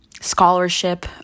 scholarship